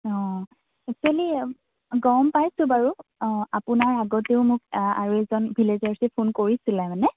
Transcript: অঁ এক্সোৱেলি গম পাইছোঁ বাৰু অঁ আপোনাৰ আগতেও মোক আৰু এজন ভিলেজাৰ্ছে ফোন কৰিছিলে মানে